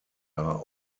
are